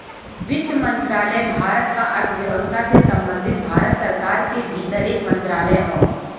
वित्त मंत्रालय भारत क अर्थव्यवस्था से संबंधित भारत सरकार के भीतर एक मंत्रालय हौ